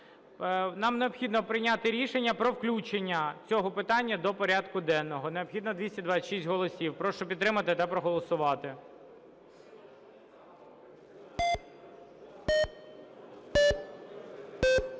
Нам необхідно прийняти рішення про включення цього питання до порядку денного. Необхідно 226 голосів. Прошу підтримати та проголосувати.